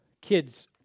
Kids